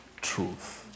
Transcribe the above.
truth